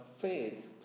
faith